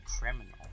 criminal